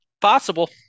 Possible